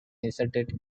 inserted